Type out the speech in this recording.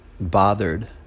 bothered